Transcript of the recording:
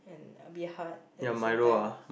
A bit hard at the same time